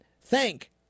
thank